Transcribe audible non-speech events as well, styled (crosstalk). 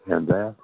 (unintelligible)